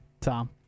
Tom